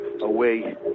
away